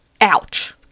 Ouch